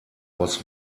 was